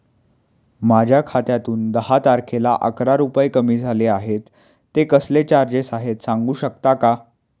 माझ्या खात्यातून दहा तारखेला अकरा रुपये कमी झाले आहेत ते कसले चार्जेस आहेत सांगू शकता का?